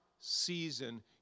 season